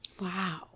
Wow